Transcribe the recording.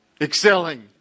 excelling